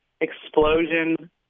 explosion